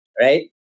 right